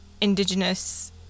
indigenous